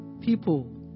people